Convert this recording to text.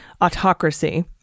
autocracy